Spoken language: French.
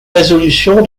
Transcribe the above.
résolution